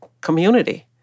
community